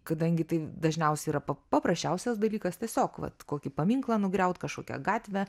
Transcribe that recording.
kadangi tai dažniausiai yra pap paprasčiausias dalykas tiesiog vat kokį paminklą nugriaut kažkokią gatvę